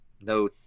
no